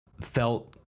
felt